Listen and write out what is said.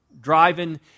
driving